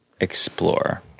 explore